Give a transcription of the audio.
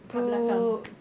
kat belakang